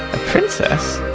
a princess?